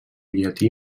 llatí